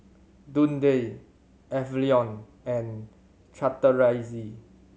Dundee Avalon and Chateraise